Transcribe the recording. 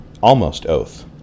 almost-oath